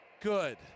good